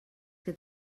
que